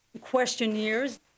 questionnaires